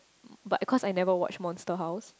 but cause I never watch Monster House